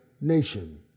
nation